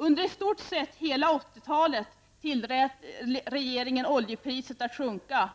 Under i stort sett hela 80-talet tillät regeringen oljepriset att sjunka,